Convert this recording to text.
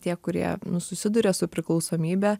tie kurie nu susiduria su priklausomybe